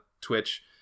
Twitch